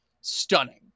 stunning